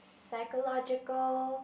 psychological